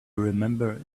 remember